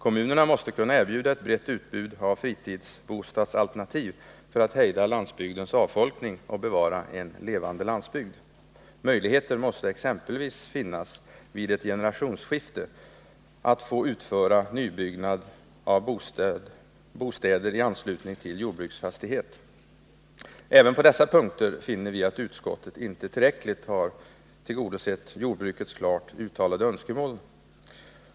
Kommunerna måste kunna erbjuda ett brett utbud av fritidsbostadsalternativ för att hejda landsbygdens avfolkning och bevara en levande landsbygd. Möjligheter måste exempelvis finnas att vid ett generationsskifte utföra nybyggnad av bostäder i anslutning till jordbruksfastighet. Även på dessa punkter finner vi att utskottet inte tillräckligt har tillgodosett jordbrukets klart uttalade önskemål.